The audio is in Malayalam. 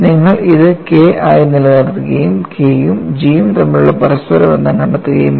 നിങ്ങൾ അത് K ആയി നിലനിർത്തുകയും K യും G യും തമ്മിലുള്ള പരസ്പരബന്ധം കണ്ടെത്തുകയും വേണം